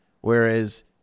Whereas